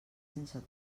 sense